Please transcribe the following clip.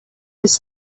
his